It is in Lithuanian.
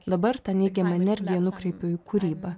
dabar tą neigiamą energiją nukreipiu į kūrybą